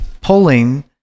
pulling